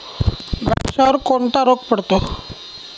द्राक्षावर कोणता रोग पडतो?